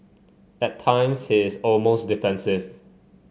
at times he is almost defensive